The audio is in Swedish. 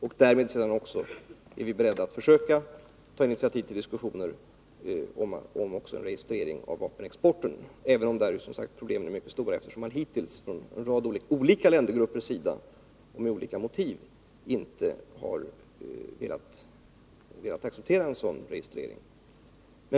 Sedan är vi också beredda att försöka ta initiativ till diskussioner om registrering av vapenexporten. Problemen är mycket stora, eftersom hittills en rad olika ländergrupper med olika motiv avvisat en sådan redovisning.